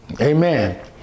Amen